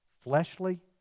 fleshly